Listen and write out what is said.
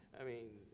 i mean,